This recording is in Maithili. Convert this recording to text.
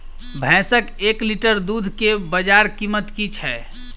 भैंसक एक लीटर दुध केँ बजार कीमत की छै?